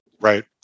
Right